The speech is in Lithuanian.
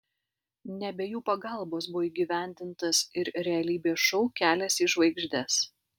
ne be jų pagalbos buvo įgyvendintas ir realybės šou kelias į žvaigždes